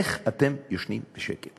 איך אתם ישנים בשקט